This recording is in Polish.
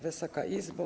Wysoka Izbo!